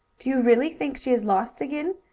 do you really think she is lost again?